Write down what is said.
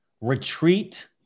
retreat